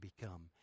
become